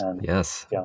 Yes